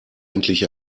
endlich